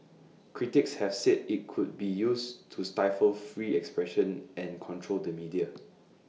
critics have said IT could be used to stifle free expression and control the media